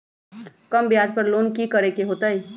कम ब्याज पर लोन की करे के होतई?